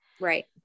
right